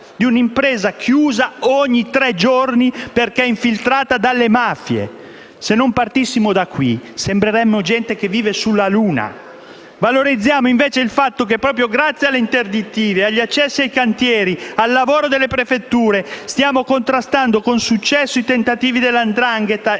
di un'impresa chiusa ogni tre giorni perché infiltrata dalle mafie. Se non partissimo da qui, sembreremmo gente che vive sulla Luna. Valorizziamo invece il fatto che proprio grazie alle interdittive, agli accessi ai cantieri, al lavoro delle prefetture, stiamo contrastando con successo i tentativi della 'ndrangheta